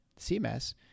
CMS